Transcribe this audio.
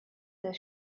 their